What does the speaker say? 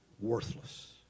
worthless